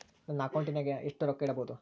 ನನ್ನ ಅಕೌಂಟಿನಾಗ ಎಷ್ಟು ರೊಕ್ಕ ಇಡಬಹುದು?